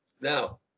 Now